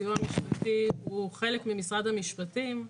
הסיוע המשפטי הוא חלק ממשרד המשפטים,